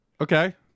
Okay